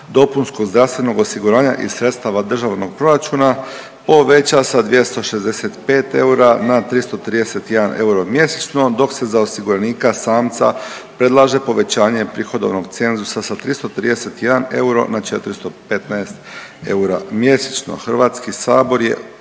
na plaćanje premije DZO-a iz sredstava državnog proračuna poveća sa 265 eura na 331 mjesečno dok se za osiguranika samca predlaže povećanje prihodovnog cenzusa sa 331 euro na 415 eura mjesečno.